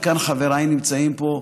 וחבריי נמצאים פה,